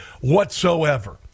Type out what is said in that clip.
whatsoever